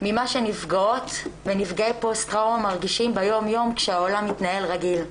ממה שנפגעות ונפגעי פוסט טראומה מרגישים ביום-יום כשהעולם מתנהל רגיל.